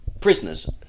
prisoners